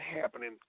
happening